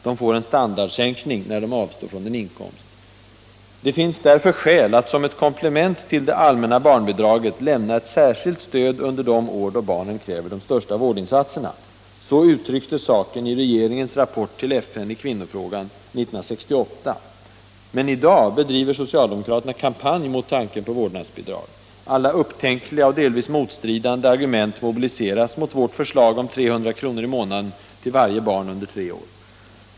De får en standardsänkning när de avstår från en inkomst. ”Det finns därför skäl att som ett komplement till det allmänna barnbidraget lämna ett särskilt stöd under de år då barnen kräver de största vårdinsatserna.” Så uttrycktes saken i regeringens rapport till FN i kvinnofrågan 1968. Men i dag bedriver socialdemokraterna kampanj mot tanken på vårdnadsbidrag. Alla upptänkliga och delvis motstridande argument mobiliseras mot vårt förslag om 300 kr. i månaden till varje barn under tre år.